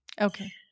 Okay